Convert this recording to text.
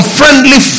friendly